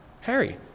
Harry